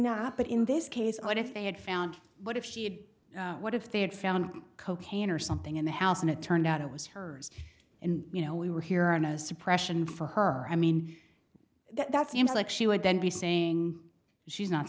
not but in this case i would if they had found but if she had what if they had found cocaine or something in the house and it turned out it was hers and you know we were here on a suppression for her i mean that seems like she would then be saying she's not